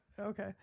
Okay